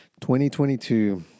2022